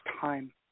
time